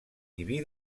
diví